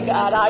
God